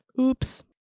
Oops